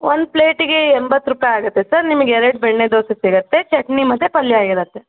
ಒಂದು ಪ್ಲೇಟಿಗೆ ಎಂಬತ್ತು ರೂಪಾಯಿ ಆಗತ್ತೆ ಸರ್ ನಿಮಗೆ ಎರಡು ಬೆಣ್ಣೆ ದೋಸೆ ಸಿಗತ್ತೆ ಚಟ್ನಿ ಮತ್ತು ಪಲ್ಯ ಇರತ್ತೆ